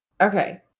okay